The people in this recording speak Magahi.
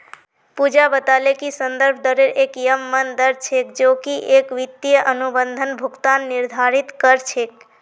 पूजा बताले कि संदर्भ दरेर एक यममन दर छेक जो की एक वित्तीय अनुबंधत भुगतान निर्धारित कर छेक